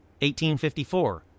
1854